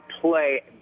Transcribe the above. play